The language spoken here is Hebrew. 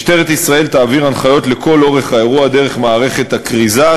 משטרת ישראל תעביר הנחיות לכל אורך האירוע דרך מערכת הכריזה,